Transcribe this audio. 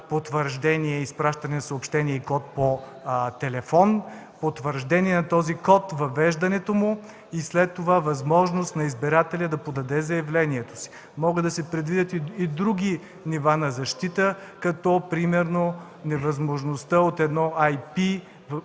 потвърждение – изпращане на съобщение и код по телефон, потвърждение на кода, въвеждането му и след това възможност на избирателя да подаде заявлението си. Могат да се предвидят и други нива на защита например невъзможност от едно IP